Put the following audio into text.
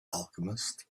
alchemist